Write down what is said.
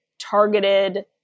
targeted